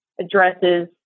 addresses